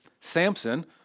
Samson